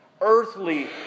earthly